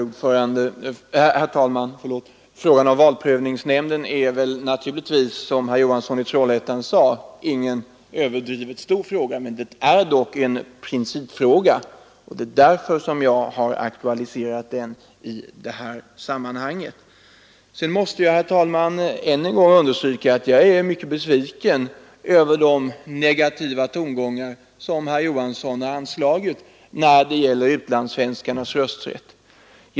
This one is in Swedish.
Nr 71 Herr talman! Frågan om valprövningsnämnden är naturligtvis, som herr Johansson i Trollhättan sade, ingen överdrivet stor fråga, men det är Torsdagen den dock en principfråga, och det är därför som den har aktualiserats i det 2 10) 1974 NAC här sammanhanget. Ändring i val Sedan måste jag, herr talman, än en gång understryka att jag är lagen, m.m. besviken över de negativa tongångar som herr Johansson anslagit när det gäller utlandssvenskarnas rösträtt.